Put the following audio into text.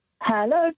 Hello